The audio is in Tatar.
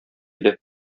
иде